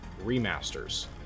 remasters